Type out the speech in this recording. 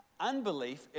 Unbelief